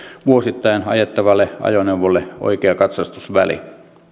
vuosittain ajettavalle ajoneuvolle oikea katsastusväli